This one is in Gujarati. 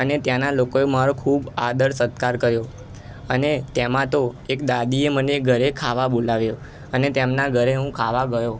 અને ત્યાંના લોકોએ મારો ખૂબ આદર સત્કાર કર્યો અને તેમાં તો એક દાદીએ મને ઘરે ખાવા બોલાવ્યો અને તેમનાં ઘરે હું ખાવા ગયો